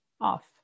off